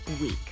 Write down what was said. week